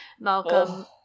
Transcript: Malcolm